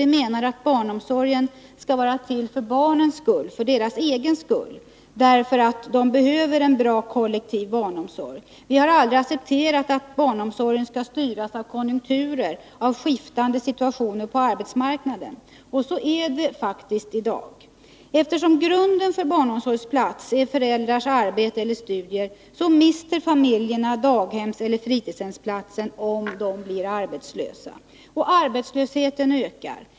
Vi menar att barnomsorgen skall vara till för barnens egen skull, därför att de behöver en bra kollektiv barnomsorg. Vi har aldrig accepterat att barnomsorgen skall styras av konjunkturer, av skiftande situationer på arbetsmarknaden. Så är det faktiskt i dag. Eftersom grunden för erhållande av en barnomsorgsplats är föräldrarnas arbete eller studier, mister familjen daghemseller fritidshemsplatsen om föräldrarna blir arbetslösa. Arbetslösheten ökar.